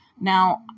Now